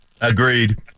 Agreed